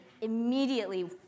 immediately